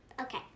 Okay